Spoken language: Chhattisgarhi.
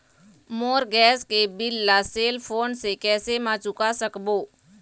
मोर गैस के बिल ला सेल फोन से कैसे म चुका सकबो?